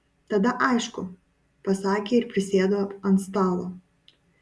tada aišku pasakė ir prisėdo ant stalo